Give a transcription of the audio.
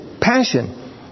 Passion